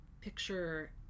picture